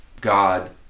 God